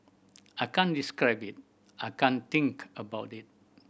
I can't describe it I can't think about it